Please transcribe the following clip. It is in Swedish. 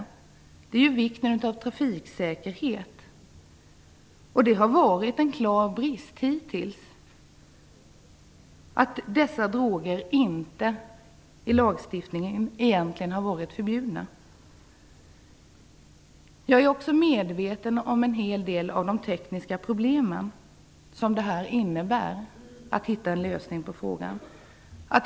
Det handlar om vikten av trafiksäkerheten. Det har varit en klar brist att dessa droger hittills egentligen inte har varit förbjudna i lag. Jag är medveten om en hel del av de tekniska problem som uppkommer när man skall hitta en lösning på frågan.